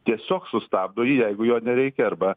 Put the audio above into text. tiesiog sustabdo jį jeigu jo nereikia arba